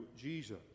Jesus